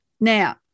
Now